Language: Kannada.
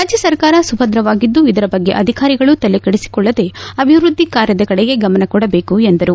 ರಾಜ್ಯ ಸರ್ಕಾರ ಸುಭದ್ರವಾಗಿದ್ದು ಇದರ ಬಗ್ಗೆ ಅಧಿಕಾರಿಗಳು ತಲೆ ಕೆಡಿಸಿಕೊಳ್ಳದೆ ಅಭಿವೃದ್ಧಿ ಕಾರ್ಯದ ಕಡೆಗೆ ಗಮನ ಕೊಡಬೇಕು ಎಂದರು